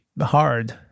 hard